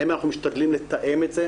האם אנחנו משתדלים לתאם את זה?